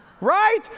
right